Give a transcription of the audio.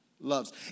loves